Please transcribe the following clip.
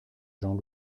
jean